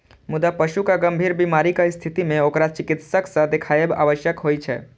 मुदा पशुक गंभीर बीमारीक स्थिति मे ओकरा चिकित्सक सं देखाएब आवश्यक होइ छै